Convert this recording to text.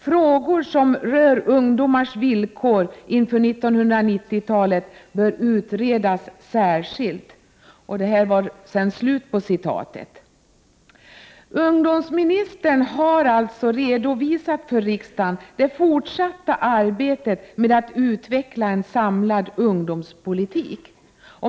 Frågor som rör ungdomars villkor inför 1990-talet bör utredas särskilt.” Ungdomsministern har alltså redovisat för riksdagen det fortsatta arbetet med att utveckla en samlad ungdomspolitik.